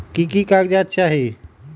की की कागज़ात चाही?